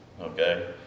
okay